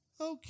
Okay